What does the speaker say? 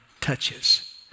touches